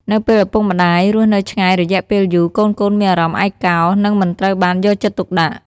នៅពេលឪពុកម្តាយរស់នៅឆ្ងាយរយៈពេលយូរ កូនៗមានអារម្មណ៍ឯកោ និងមិនត្រូវបានយកចិត្តទុកដាក់។